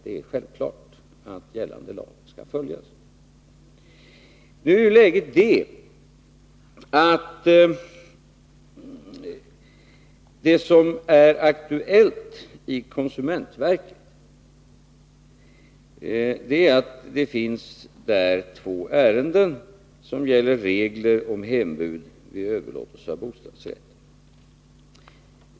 Det är självklart att gällande lag skall följas. Det aktuella läget i konsumentverket är nu att det där finns två ärenden som gäller regler om hembud vid överlåtelse av bostadsrätt.